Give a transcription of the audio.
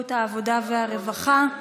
העבודה, הרווחה והבריאות.